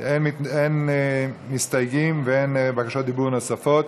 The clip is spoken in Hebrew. אין מסתייגים ואין בקשות דיבור נוספות.